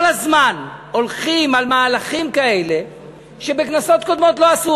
כל הזמן הולכים על מהלכים כאלה שבכנסות קודמות לא עשו.